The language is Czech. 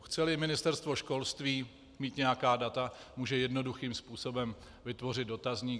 Chceli Ministerstvo školství mít nějaká data, může jednoduchým způsobem vytvořit dotazník.